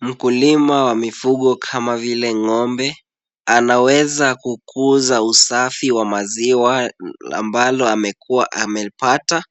Mkulima wa mifugo kama vile ng'ombe, anaweza kukuza usafi wa maziwa ambalo amekuwa amepata,